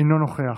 אינו נוכח,